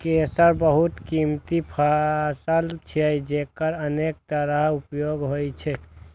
केसर बहुत कीमती फसल छियै, जेकर अनेक तरहक उपयोग होइ छै